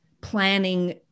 planning